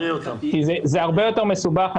זה הרבה יותר מסובך.